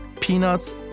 peanuts